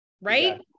Right